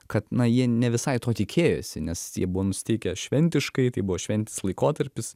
kad na jie ne visai to tikėjosi nes jie buvo nusiteikę šventiškai tai buvo šventinis laikotarpis